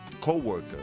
co-worker